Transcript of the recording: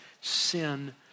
sin